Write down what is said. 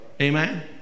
Amen